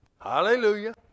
Hallelujah